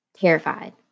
terrified